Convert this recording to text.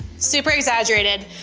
super exaggerated,